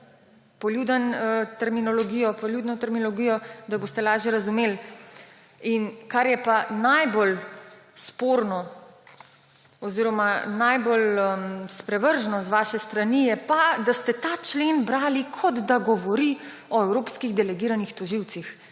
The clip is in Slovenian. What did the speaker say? poljudno terminologijo, da boste lažje razumeli. Kar je pa najbolj sporno oziroma najbolj sprevrženo z vaše strani, je pa, da ste ta člen brali, kot da govori o evropskih delegiranih tožilcih.